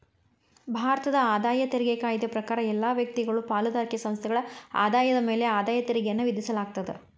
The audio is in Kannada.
ಭಾರತದ ಆದಾಯ ತೆರಿಗೆ ಕಾಯ್ದೆ ಪ್ರಕಾರ ಎಲ್ಲಾ ವ್ಯಕ್ತಿಗಳು ಪಾಲುದಾರಿಕೆ ಸಂಸ್ಥೆಗಳ ಆದಾಯದ ಮ್ಯಾಲೆ ಆದಾಯ ತೆರಿಗೆಯನ್ನ ವಿಧಿಸಲಾಗ್ತದ